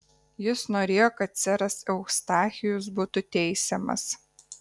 jis norėjo kad seras eustachijus būtų teisiamas